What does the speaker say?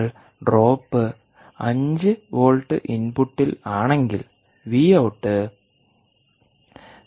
നിങ്ങൾ drop 5 volt ഇൻപുട്ടിൽ ആണെങ്കിൽ വി ഔട്ട് 3